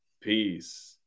Peace